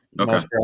okay